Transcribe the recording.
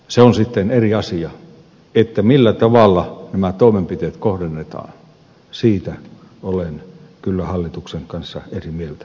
se on sitten eri asia millä tavalla nämä toimenpiteet kohdennetaan siitä olen kyllä hallituksen kanssa eri mieltä